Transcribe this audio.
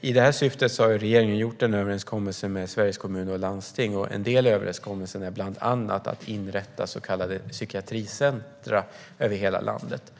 I det här syftet har regeringen ingått en överenskommelse med Sveriges Kommuner och Landsting. En del av överenskommelsen är att inrätta så kallade psykiatricentrum över hela landet.